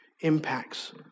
impacts